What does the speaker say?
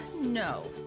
no